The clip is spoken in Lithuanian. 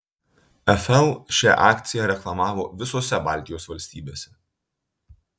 fl šią akciją reklamavo visose baltijos valstybėse